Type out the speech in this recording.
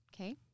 Okay